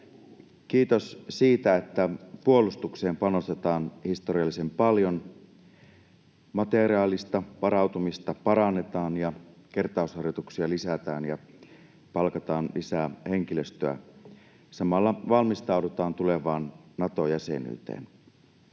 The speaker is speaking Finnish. Kiitos siitä, että puolustukseen panostetaan historiallisen paljon, materiaalista varautumista parannetaan ja kertausharjoituksia lisätään ja palkataan lisää henkilöstöä. Samalla valmistaudutaan tulevaan Nato-jäsenyyteen.